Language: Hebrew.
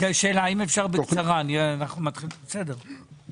יכולים, כמובן, לעצור ולא לשלם לזכאים בזמן.